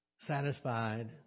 satisfied